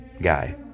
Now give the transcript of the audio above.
guy